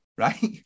right